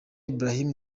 ibrahim